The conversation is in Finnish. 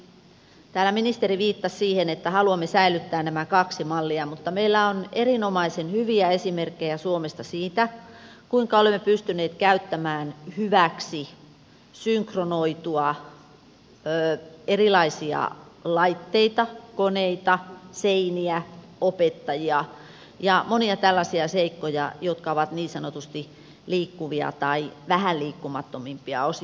täällä ministeri viittasi siihen että haluamme säilyttää nämä kaksi mallia mutta meillä on erinomaisen hyviä esimerkkejä suomessa siitä kuinka olemme pystyneet käyttämään hyväksi synkronoimaan erilaisia laitteita koneita seiniä opettajia ja monia tällaisia seikkoja jotka ovat niin sanotusti liikkuvia tai vähiten liikkumattomia osia